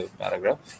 paragraph